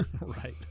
Right